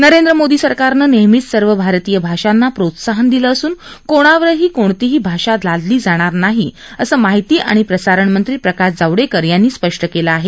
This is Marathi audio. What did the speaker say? नरेंद्र मोदी सरकारनं नेहमीच सर्व भारतीय भाषांना प्रोत्साहन दिलं असून कोणावरही कोणतीही भाषा लादली जाणार नाही असं माहिती आणि प्रसारण मंत्री प्रकाश जावडेकर यांनीही स्पष्ट केलं आहे